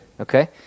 Okay